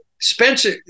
Spencer